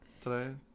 today